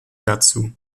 dazu